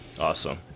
Awesome